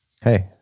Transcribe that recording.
Hey